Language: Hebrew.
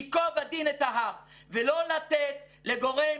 ייקוב הדין את ההר, ולא לתת לגורם